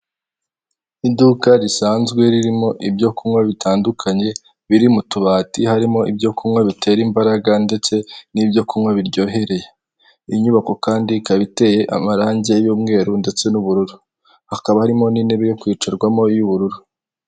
Iduka risanzwe ririmo ibyo kunywa bitandukanye biri mu tubati, harimo ibyo kunywa bitera imbaraga ndetse n'ibyo kunywa biryohereye. Inyubako kandi ikaba iteye amarangi y'umweru ndetse n'ubururu, hakaba harimo n'intebe yo kwicarwamo y'ubururu.